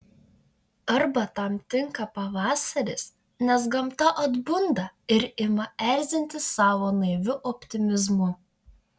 arba tam tinka pavasaris nes gamta atbunda ir ima erzinti savo naiviu optimizmu